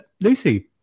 Lucy